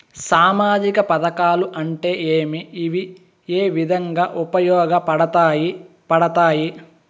సామాజిక పథకాలు అంటే ఏమి? ఇవి ఏ విధంగా ఉపయోగపడతాయి పడతాయి?